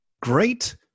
Great